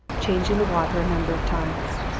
changing the water a number of times.